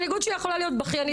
המנהיגוּת שלי יכולה להיות בכיינית,